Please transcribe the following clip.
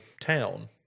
town